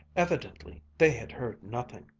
evidently they had heard nothing.